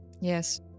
Yes